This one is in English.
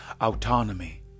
autonomy